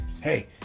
hey